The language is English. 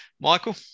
Michael